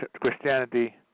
Christianity